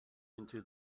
into